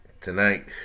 Tonight